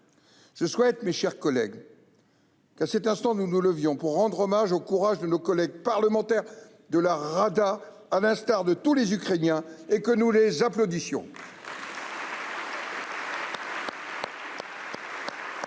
Je souhaite, mes chers collègues, que nous nous levions pour rendre hommage au courage de nos collègues parlementaires de la Rada, ainsi qu'à celui de tous les Ukrainiens, et que nous les applaudissions.